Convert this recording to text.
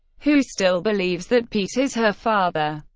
who still believes that pete is her father.